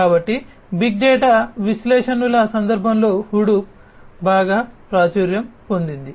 కాబట్టి big data విశ్లేషణల సందర్భంలో హడూప్ బాగా ప్రాచుర్యం పొందింది